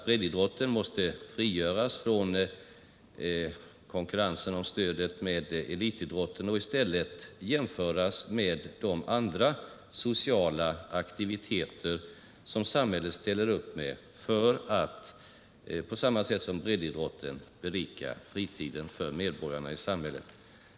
Breddidrotten måste frigöras från konkurrensen med elitidrotten om stöd och i stället jämföras med de andra sociala aktiviteter som samhället ställer upp med för att berika fritiden för medborgarna i samhället.